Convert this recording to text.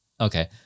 okay